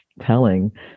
telling